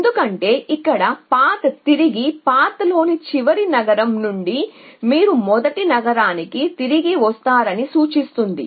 ఎందుకంటే పాత్ చేత తిరిగి సూచించబడినవన్నీ చెప్పబడితే మరియు పాత్లోని చివరి నగరం నుండి మీరు మొదటి నగరానికి తిరిగి వస్తారని సూచిస్తుంది